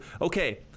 okay